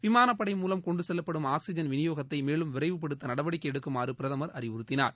விமானப்படை மூலம் கொண்டு செல்லப்படும் ஆக்சிஜன் விநியோகத்தை மேலும் விரைவுப்படுத்த நடவடிக்கை எடுக்குமாறு பிரதமர் அறிவுறுத்தினார்